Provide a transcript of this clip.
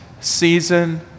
season